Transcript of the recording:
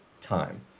time